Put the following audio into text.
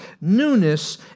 newness